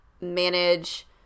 manage